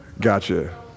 Gotcha